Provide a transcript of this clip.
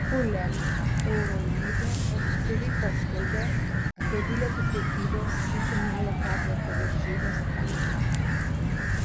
uleb eurolyga oficialiai paskelbė apie bilietų prekybos į finalo ketverto varžybas pradžią